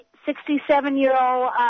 67-year-old